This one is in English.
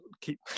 keep